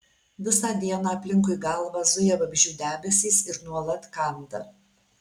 visą dieną aplinkui galvą zuja vabzdžių debesys ir nuolat kanda